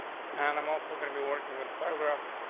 and i'm also gonna be working with paragraph.